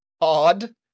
odd